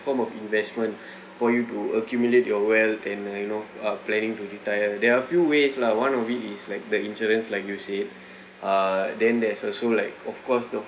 form of investment for you to accumulate your wealth and like you know uh planning to retire there are few ways lah one of it is like the insurance like you said uh then there's also like of course the